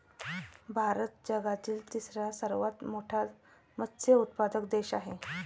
भारत जगातील तिसरा सर्वात मोठा मत्स्य उत्पादक देश आहे